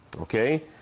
Okay